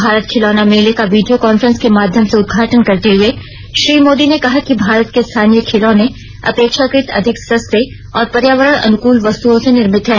भारत खिलौना मेले का वीडियो कान्फ्रेंस के माध्यम से उदघाटन करते हए श्री मोदी ने कहा कि भारत के स्थानीय खिलौने अपेक्षाकृत अधिक सस्ते और पर्यावरण अनुकूल वस्तुओं से निर्मित हैं